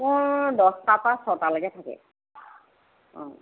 মোৰ দহটাৰ পৰা ছটালৈকে থাকে অঁ